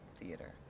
theater